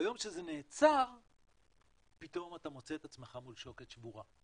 ביום שזה נעצר פתאום אתה מוצא את עצמך מול שוקת שבורה.